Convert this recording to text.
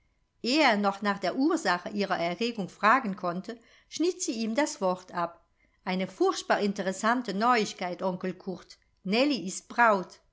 ehe er noch nach der ursache ihrer erregung fragen konnte schnitt sie ihm das wort ab eine furchtbar interessante neuigkeit onkel curt nellie ist braut